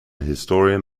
historian